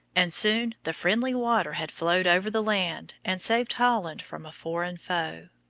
and soon the friendly water had flowed over the land and saved holland from a foreign foe.